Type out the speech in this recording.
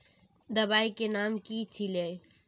दबाई के नाम की छिए?